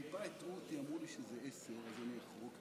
יעלה ויבוא חבר הכנסת יאיר לפיד,